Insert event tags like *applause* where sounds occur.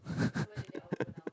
*laughs*